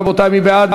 רבותי, מי בעד?